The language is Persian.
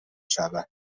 شود